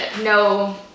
No